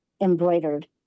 embroidered